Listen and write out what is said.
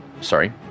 sorry